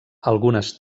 algunes